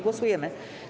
Głosujemy.